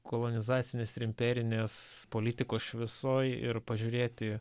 kolonizacinės ir imperinės politikos šviesoj ir pažiūrėti